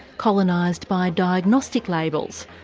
colonized by diagnostic labels,